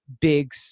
Big